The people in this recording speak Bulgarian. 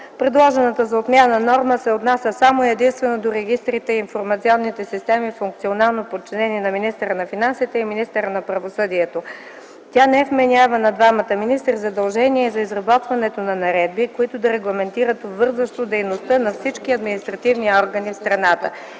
Предложената за отмяна норма се отнася само и единствено до регистрите и информационните системи, функционално подчинени на министъра на финансите и министъра на правосъдието. Тя не вменява на двамата министри задължение за изработването на наредби, които да регламентират обвързващо дейността на всички административни органи в страната.